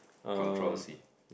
controversy